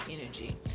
energy